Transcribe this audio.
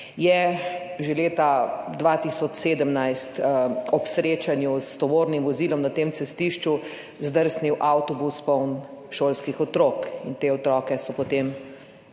je že leta 2017 ob srečanju s tovornim vozilom na tem cestišču zdrsnil avtobus, poln šolskih otrok, in te otroke so potem